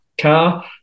car